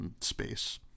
space